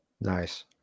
Nice